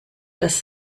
das